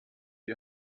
die